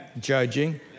judging